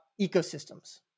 ecosystems